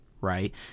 right